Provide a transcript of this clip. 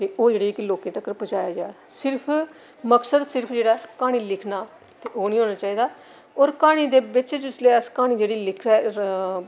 ते ओह् जेह्ड़ी लोकें तक्कर पजाया जा सिर्फ मकसद सिर्फ जेह्ड़ा क्हानी लिखना ते ओह् नेईं होना चाहिदा और क्हानी दे बिच जिसलै अस क्हानी जेह्ड़ी लिखने आं